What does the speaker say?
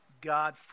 God